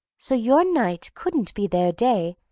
so your night couldn't be their day,